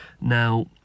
Now